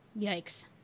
yikes